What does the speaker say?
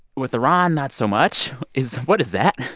with iran not so much. is what is that?